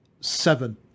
seven